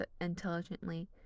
intelligently